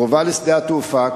קרובה לשדה התעופה,